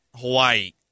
Hawaii